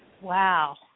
Wow